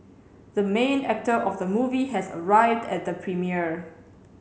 the main actor of the movie has arrived at the premiere